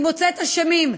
היא מוצאת אשמים,